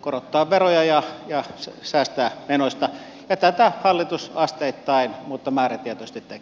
korottaa veroja ja säästää menoista ja tätä hallitus asteittain mutta määrätietoisesti tekee